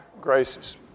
graces